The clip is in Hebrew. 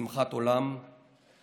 ושמחת עולם ליושביה."